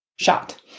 Shot